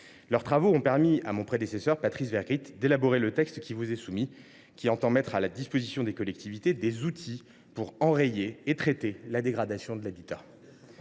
Leurs travaux ont permis à mon prédécesseur, Patrice Vergriete, d’élaborer le texte qui vous est soumis, et qui a pour objet de mettre à la disposition des collectivités des outils pour enrayer et traiter la dégradation de l’habitat.